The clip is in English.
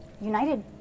united